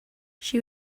she